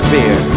Beer